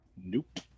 Nope